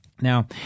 Now